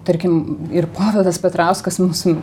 tarkim ir povilas petrauskas mūsų